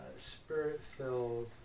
spirit-filled